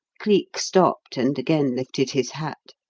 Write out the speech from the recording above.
cleek stopped and again lifted his hat.